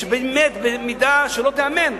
באמת, במידה שלא תיאמן.